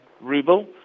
ruble